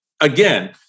again